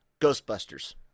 Ghostbusters